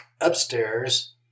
upstairs